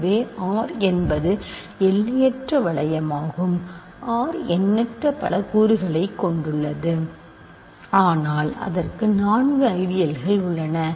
எனவே R என்பது எல்லையற்ற வளையமாகும் R எண்ணற்ற பல கூறுகளைக் கொண்டுள்ளது ஆனால் அதற்கு நான்கு ஐடியல்கள் உள்ளன